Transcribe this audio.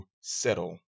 settle